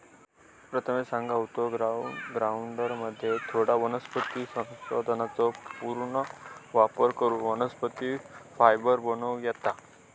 प्रथमेश सांगा होतो, ग्राउंड ग्राइंडरमध्ये थोड्या वनस्पती संसाधनांचो पुनर्वापर करून वनस्पती फायबर बनवूक येता